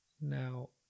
Now